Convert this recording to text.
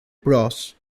bros